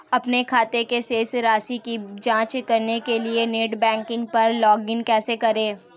अपने खाते की शेष राशि की जांच करने के लिए नेट बैंकिंग पर लॉगइन कैसे करें?